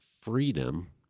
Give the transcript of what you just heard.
freedom